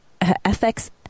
FX